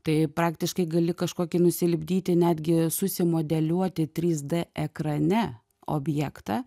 tai praktiškai gali kažkokį nusilipdyti netgi susimodeliuoti trys d ekrane objektą